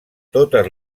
totes